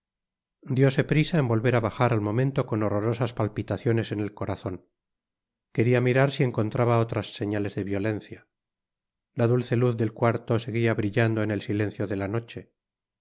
cortinas dióse prisa en volver á bajar al momento con horrorosas palpitaciones en el corazon queria mirar si encontraba otras señales de violencia la dulce luz del cuarto seguia brillando en el silencio de la noche